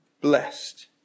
blessed